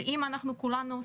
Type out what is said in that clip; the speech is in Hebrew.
שאם אנחנו כולנו,